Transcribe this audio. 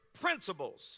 principles